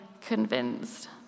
convinced